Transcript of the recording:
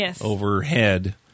overhead